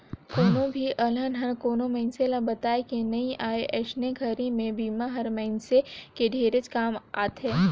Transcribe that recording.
कोनो भी अलहन हर कोनो मइनसे ल बताए के नइ आए अइसने घरी मे बिमा हर मइनसे के ढेरेच काम आथे